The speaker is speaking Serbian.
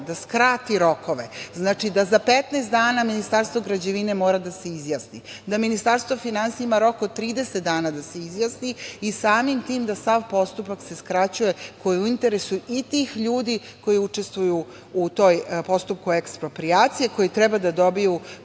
da skrati rokove. Znači, da za 15 dana Ministarstvo građevine mora da se izjasni, da Ministarstvo finansija ima rok od 30 dana da se izjasni. Samim tim se sav postupak skraćuje, koji je u interesu i tih ljudi koji učestvuju u postupku eksproprijacije, koji treba da dobiju